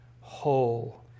whole